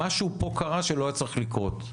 משהו פה קרה ולא היה צריך לקרות.